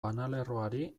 banalerroari